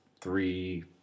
three